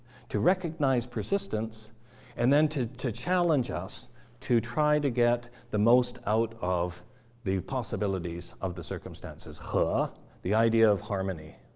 to recognize persistence and then to to challenge us to try to get the most out of the possibilities of the circumstances. the idea of harmony.